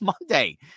Monday